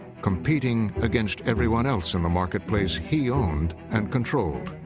competing against everyone else in the marketplace he owned and controlled.